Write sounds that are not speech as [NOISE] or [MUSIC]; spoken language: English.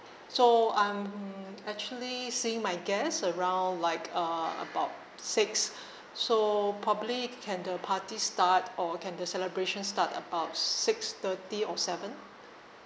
so I'm actually seeing my guests around like uh about six [BREATH] so probably c~ can the party start or can the celebration start about six thirty or seven